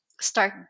start